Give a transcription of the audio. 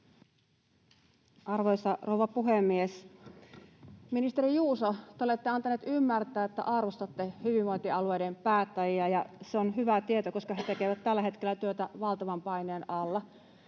Arvoisa rouva puhemies! Ministeri Juuso, te olette antanut ymmärtää, että arvostatte hyvinvointialueiden päättäjiä, ja se on hyvä tieto, koska he tekevät tällä hetkellä työtä valtavan paineen alla.